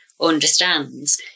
understands